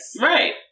Right